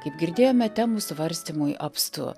kaip girdėjome temų svarstymui apstu